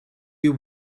you